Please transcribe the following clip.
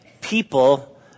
People